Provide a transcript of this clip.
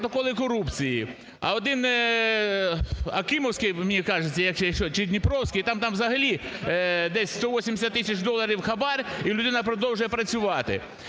протоколи корупції. А один Якимівський, мені кажеться, чи Дніпровський, там взагалі десь 180 тисяч доларів хабар, і людина продовжує працювати.